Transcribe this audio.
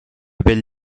belle